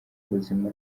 ubuzima